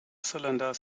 cylinder